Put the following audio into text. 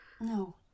No